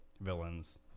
villains